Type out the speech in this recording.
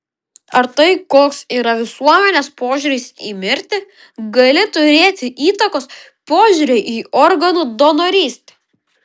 ar tai koks yra visuomenės požiūris į mirtį gali turėti įtakos požiūriui į organų donorystę